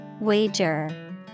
Wager